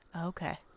Okay